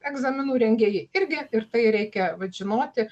egzaminų rengėjai irgi ir tai reikia vat žinoti